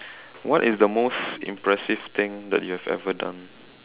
what is the most impressive thing that you have ever done